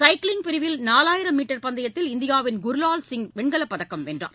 சைக்கிளிய் பிரிவில் நாலாயிரம் மீட்டர் பந்தயத்தில் இந்தியாவின் குர்லால் சிங் வெண்கல பதக்கம் வென்றார்